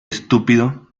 estúpido